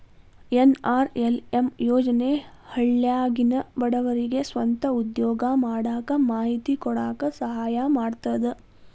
NRLM ಯೋಜನೆ ಹಳ್ಳ್ಯಾಗಿನ ಬಡವರಿಗೆ ಸ್ವಂತ ಉದ್ಯೋಗಾ ಮಾಡಾಕ ಮಾಹಿತಿ ಕೊಡಾಕ ಸಹಾಯಾ ಮಾಡ್ತದ